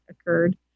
occurred